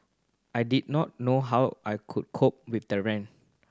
I did not know how I could cope with the rent